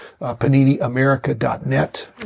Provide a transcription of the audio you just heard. paniniamerica.net